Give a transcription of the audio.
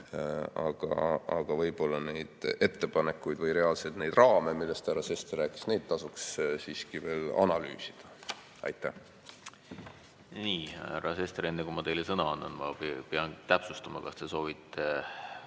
Aga võib-olla neid ettepanekuid või reaalselt neid raame, millest härra Sester rääkis, tasuks siiski veel analüüsida. Aitäh! Härra Sester, enne kui ma teile sõna annan, ma pean täpsustama, kas te soovite